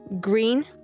green